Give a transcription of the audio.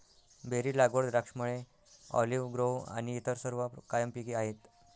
berry लागवड, द्राक्षमळे, olive grove आणि इतर सर्व कायम पिके आहेत